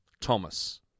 Thomas